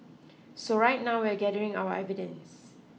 so right now we're gathering our evidence